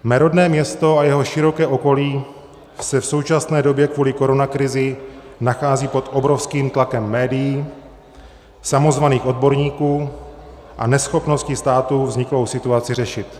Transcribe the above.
Mé rodné město a jeho široké okolí se v současné době kvůli koronakrizi nachází pod obrovským tlakem médií, samozvaných odborníků a neschopnosti státu vzniklou situaci řešit.